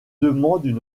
demandent